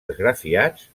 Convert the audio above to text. esgrafiats